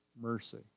mercy